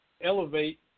elevate